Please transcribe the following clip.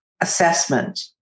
assessment